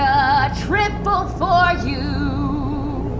a triple for you?